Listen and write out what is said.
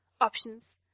options